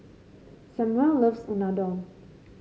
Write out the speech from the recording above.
Samual loves Unadon